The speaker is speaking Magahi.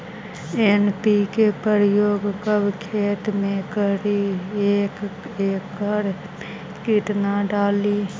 एन.पी.के प्रयोग कब खेत मे करि एक एकड़ मे कितना डाली?